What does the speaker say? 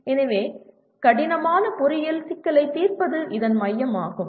எனவே சிக்கலான பொறியியல் சிக்கலைத் தீர்ப்பது இதன் மையமாகும்